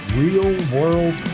real-world